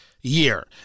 year